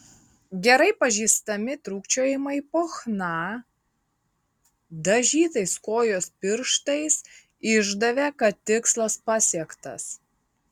gerai pažįstami trūkčiojimai po chna dažytais kojos pirštais išdavė kad tikslas pasiektas